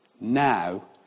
now